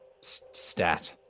stat